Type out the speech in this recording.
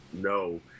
no